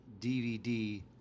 DVD